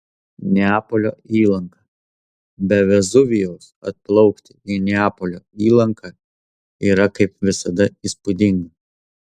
neapolio įlanka be vezuvijaus atplaukti į neapolio įlanką yra kaip visada įspūdinga